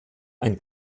ein